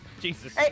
Jesus